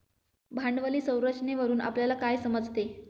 भांडवली संरचनेवरून आपल्याला काय समजते?